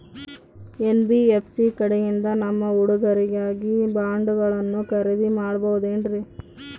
NBFC ಕಡೆಯಿಂದ ನಮ್ಮ ಹುಡುಗರಿಗಾಗಿ ಬಾಂಡುಗಳನ್ನ ಖರೇದಿ ಮಾಡಬಹುದೇನ್ರಿ?